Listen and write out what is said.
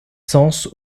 cense